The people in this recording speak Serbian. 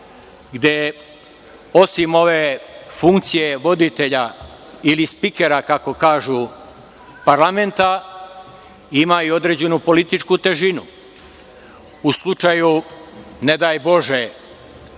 gde, osim ove funkcije voditelja ili spikera, kako kažu, parlamenta ima i određenu političku težinu. U slučaju, ne daj Bože,